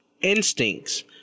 instincts